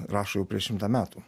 rašo jau prieš šimtą metų